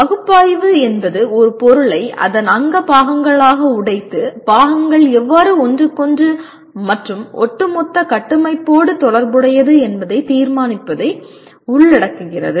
பகுப்பாய்வு என்பது ஒரு பொருளை அதன் அங்க பாகங்களாக உடைத்து பாகங்கள் எவ்வாறு ஒன்றுக்கொன்று மற்றும் ஒட்டுமொத்த கட்டமைப்போடு தொடர்புடையது என்று தீர்மானிப்பதை உள்ளடக்குகிறது